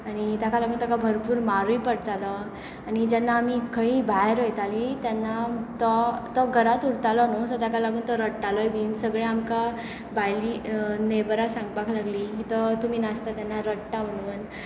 आनी ताका लागून ताका भरपूर मारूय पडतालो आनी जेन्ना आमी खंयीय भायर वयतालीं तेन्ना तो घरांत उरतालो न्हय सो ताका लागून तो रडटालोय बी सगळीं आमकां भायलीं नेबरां सांगपाक लागली की तो तुमी नासता तेन्ना रडटा म्हणून